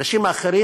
אנשים אחרים